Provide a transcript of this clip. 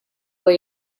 what